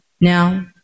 now